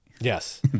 yes